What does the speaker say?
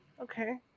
Okay